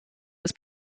des